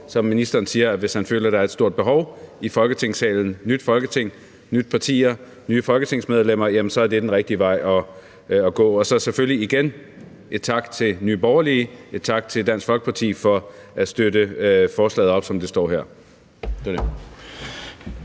som han siger, nemlig at hvis han føler, at der er et stort behov for det i Folketingssalen med et nyt Folketing, nye partier og nye folketingsmedlemmer, så er det den rigtige vej at gå. Og så vil jeg selvfølgelig igen sige tak til Nye Borgerlige og Dansk Folkeparti for at støtte forslaget, som det ligger her.